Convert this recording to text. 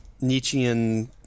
Nietzschean